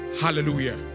Hallelujah